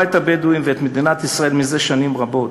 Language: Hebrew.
את הבדואים ואת מדינת ישראל זה שנים רבות.